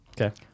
Okay